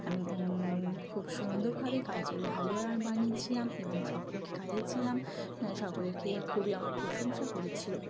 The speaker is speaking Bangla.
আমি খুব সুন্দরভাবে গাজরের হালুয়া রা বানিয়েছিলাম এবং সকলকে খাইয়েছিলাম সকলে খেয়ে খুবই আমার প্রশংসা করেছিলো